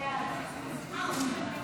חוק עבודת נשים